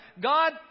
God